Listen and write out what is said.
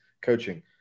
coaching